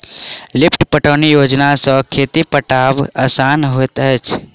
lift पटौनी योजना सॅ खेत पटायब आसान होइत अछि